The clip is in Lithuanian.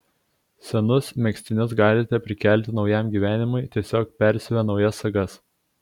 senus megztinius galite prikelti naujam gyvenimui tiesiog persiuvę naujas sagas